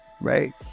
right